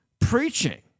Preaching